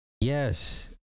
yes